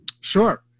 Sure